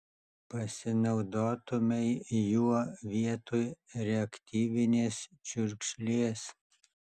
pasinaudotumei juo vietoj reaktyvinės čiurkšlės